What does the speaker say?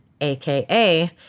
aka